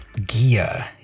Gia